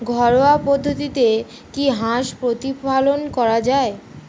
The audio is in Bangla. ঘরোয়া পদ্ধতিতে কি হাঁস প্রতিপালন করা যায়?